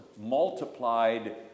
multiplied